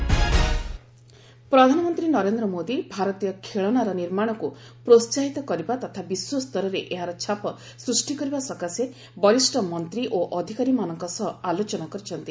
PM Indian toys ପ୍ରଧାନମନ୍ତ୍ରୀ ନରେନ୍ଦ୍ର ମୋଦି ଭାରତୀୟ ଖେଳନାର ନିର୍ମାଣକୁ ପ୍ରୋହାହିତ କରିବା ତଥା ବିଶ୍ୱସ୍ତରରେ ଏହାର ଛାପ ସୃଷ୍ଟି କରିବା ସକାଶେ ବରିଷ୍ଣ ମନ୍ତ୍ରୀ ଓ ଅଧିକାରୀମାନଙ୍କ ସହ ଆଲୋଚନା କରିଛନ୍ତି